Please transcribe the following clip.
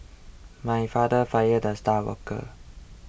my father fired the star worker